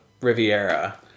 Riviera